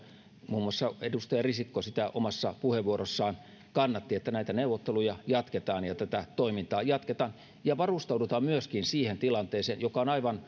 muun muassa edustaja risikko omassa puheenvuorossaan kannatti sitä että näitä neuvotteluja jatketaan ja tätä toimintaa jatketaan ja varustaudutaan myöskin siihen tilanteeseen joka on aivan